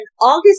August